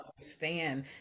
understand